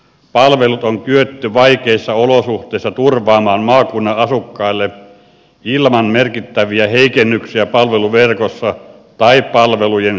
palvelut on pystytty vaikeissa olosuhteissa turvaamaan maakunnan asukkaille ilman merkittäviä heikennyksiä palveluverkossa tai palvelujen sisällöissä